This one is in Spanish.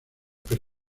per